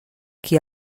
qui